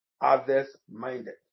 others-minded